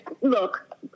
look